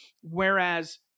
Whereas